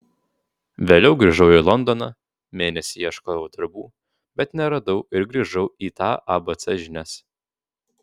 vėliau grįžau į londoną mėnesį ieškojau darbų bet neradau ir grįžau į tą abc žinias